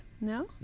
No